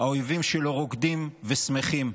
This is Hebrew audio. האויבים שלו רוקדים ושמחים.